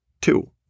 two